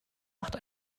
macht